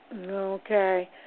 Okay